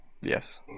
yes